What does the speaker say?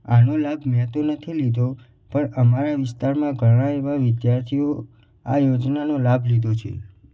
આનો લાભ મેં તો નથી લીધો પણ અમારા વિસ્તારમાં ઘણા એવા વિધાર્થીઓ આ યોજનાનો લાભ લીધો છે